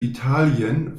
italien